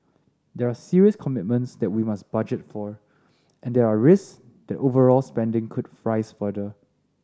there are serious commitments that we must budget for and there are risks that overall spending could rise further